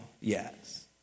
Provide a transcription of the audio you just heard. Yes